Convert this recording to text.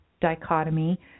dichotomy